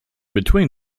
between